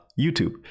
youtube